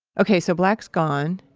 ok, so black's gone.